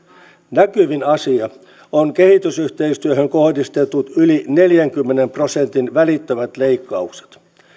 näkyvin asia on kehitysyhteistyöhön kohdistetut yli neljänkymmenen prosentin välittömät leikkaukset